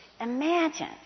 Imagine